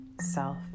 self